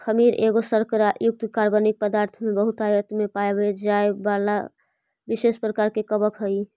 खमीर एगो शर्करा युक्त कार्बनिक पदार्थ में बहुतायत में पाबे जाए बला विशेष प्रकार के कवक हई